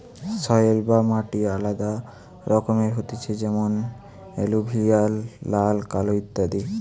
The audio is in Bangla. সয়েল বা মাটি আলাদা রকমের হতিছে যেমন এলুভিয়াল, লাল, কালো ইত্যাদি